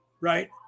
right